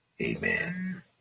Amen